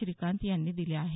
श्रीकांत यांनी दिल्या आहेत